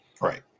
Right